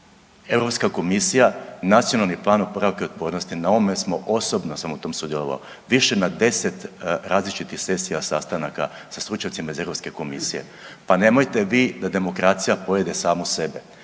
Europska komisija Nacionalnim planom oporavka i otpornosti na ovome smo, osobno sam na tome sudjelovao, više na 10 različitih sesija, sastanaka sa stručnjacima iz Europske komisije. Pa nemojte vi da demokracija pojede samu sebe.